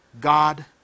God